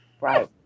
Right